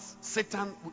satan